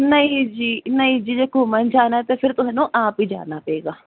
ਨਹੀਂ ਜੀ ਨਹੀਂ ਜੀ ਜੇ ਕੋਈ ਮਨ ਜਾਣਾ ਤੇ ਫਿਰ ਤੁਹਾਨੂੰ ਆਪ ਹੀ ਜਾਣਾ ਪਏਗਾ